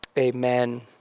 Amen